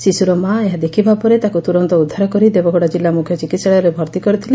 ଶିଶୁର ମାଆ ଏହା ଦେଖିବା ପରେ ତାକୁ ତୁରନ୍ତ ଉଦ୍ଧାର କରି ଦେବଗଡ କିଲ୍ଲା ମୁଖ୍ୟ ଚିକିହାଳୟରେ ଭର୍ତ୍ତି କରିଥିଲେ